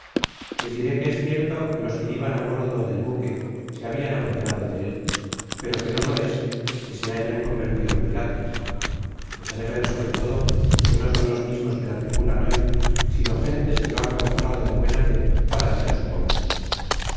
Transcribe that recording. les diré que es cierto que los qüe iban á bordo del buque se habian apoderado de él pero que no lo es qn se hayan convertido en piratas les hare ver sobre todo que no son los mismos que la tripulan hoy sino gentes que lo han comprado de buena fé para hacer su comercio